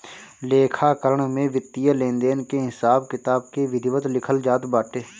लेखाकरण में वित्तीय लेनदेन के हिसाब किताब के विधिवत लिखल जात बाटे